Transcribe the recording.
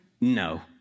No